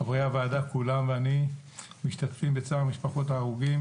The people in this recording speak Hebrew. חברי הוועדה כולם ואני משתתפים בצער משפחות ההרוגים